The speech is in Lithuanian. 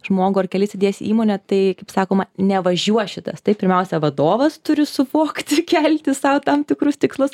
žmogų ar kelis įdės į įmonę tai kaip sakoma nevažiuos šitas tai pirmiausia vadovas turi suvokti kelti sau tam tikrus tikslus